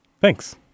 Thanks